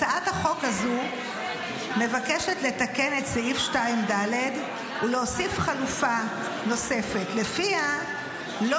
הצעת החוק הזו מבקשת לתקן את סעיף 2(ד) ולהוסיף חלופה נוספת שלפיה לא